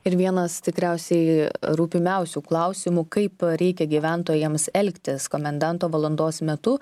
ir vienas tikriausiai rūpimiausių klausimų kaip reikia gyventojams elgtis komendanto valandos metu